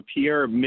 Pierre